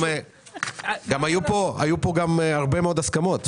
היו פה גם הרבה מאוד הסכמות,